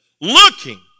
Looking